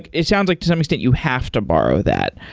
it it sounds like to some extent, you have to borrow that,